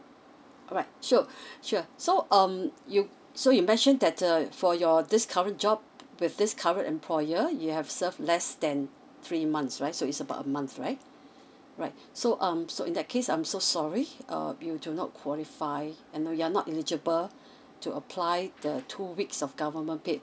alright so sure so um you so you mentioned that err for your this current job with this current employer you have serve less than three months right so it's about a month right right so um so in that case I'm so sorry err you do not qualify and you are not eligible to apply the two weeks of government paid